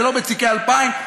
ולא בתיקי 2000,